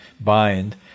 Bind